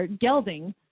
gelding